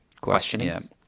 questioning